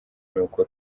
nuko